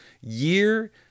year